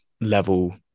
level